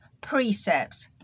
precepts